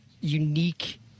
unique